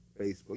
Facebook